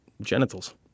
genitals